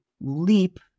leap